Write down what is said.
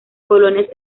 colonias